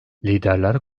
liderler